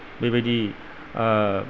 बेबायदि